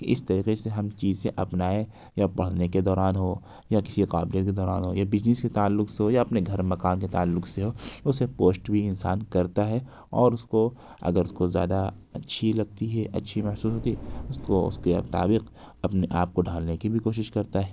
کہ اس طریقے سے ہم چیزیں اپنائیں یا پڑھنے کے دوران ہو یا کسی قافلے کے دوران ہو یا بزنس کے تعلق سے ہو یا اپنے گھر مکان کے تعلق سے ہو اسے پوسٹ بھی انسان کرتا ہے اور اس کو اگر اس کو زیادہ اچھی لگتی ہے اچھی محسوس ہوتی ہے اس کو اس کے مطابق اپنے آپ کو ڈھالنے کی بھی کوشش کرتا ہے